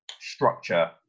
structure